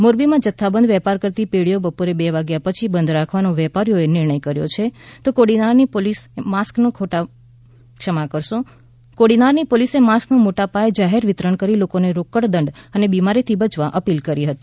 મોરબીમાં જથ્થાબંધ વેપાર કરતી પેઢીઓ બપોરે બે વાગ્યા પછી બંધ રાખવાનો વેપારીઓ એ નિર્ણય કર્યો છે તો કોડીનારની પોલીસે માસ્કનું મોટા પાયે જાહેર વિતરણ કરી લોકોને રોકડ દંડ અને બીમારીથી બચવા અપીલ કરી હતી